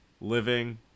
living